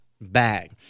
bag